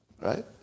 right